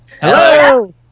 Hello